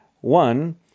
One